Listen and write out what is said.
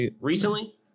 Recently